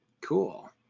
cool